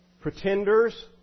pretenders